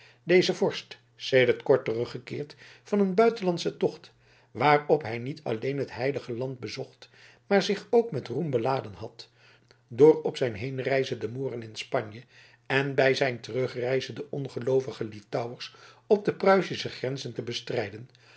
deze vorst sedert kort teruggekeerd van een buitenlandschen tocht waarop hij niet alleen het heilige land bezocht maar zich ook met roem beladen had door op zijn heenreize de mooren in spanje en bij zijn terugreize de ongeloovige lithauwers op de pruisische grenzen te bestrijden